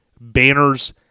banners